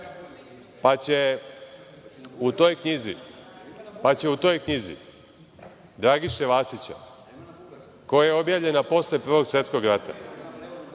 pa će u toj knjizi Dragiše Vasića, koja je objavljena posle Prvog svetskog rata,